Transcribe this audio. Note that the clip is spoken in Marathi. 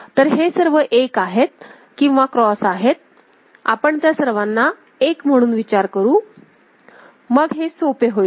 तर हे सर्व 1 आहेत किंवा क्रॉस आहेत आपण त्या सर्वांचा 1 म्हणून विचार करू मग हे सर्वात सोपे होईल